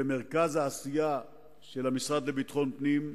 במרכז העשייה של המשרד לביטחון פנים,